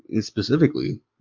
specifically